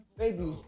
Baby